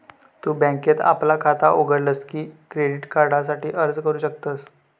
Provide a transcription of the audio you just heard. तु बँकेत आपला खाता उघडलस की क्रेडिट कार्डासाठी अर्ज करू शकतस